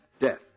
Death